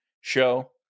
show